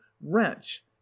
wretch